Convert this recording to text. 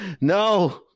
No